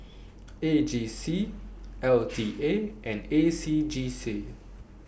A G C L T A and A C J C